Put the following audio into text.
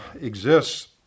exists